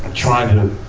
trying to,